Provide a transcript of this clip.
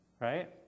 right